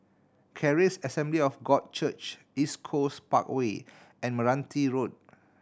Charis Assembly of God Church East Coast Parkway and Meranti Road